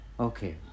Okay